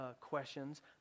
questions